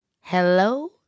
hello